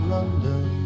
London